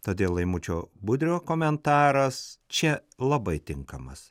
todėl laimučio budrio komentaras čia labai tinkamas